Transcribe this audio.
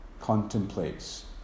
contemplates